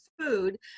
food